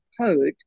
code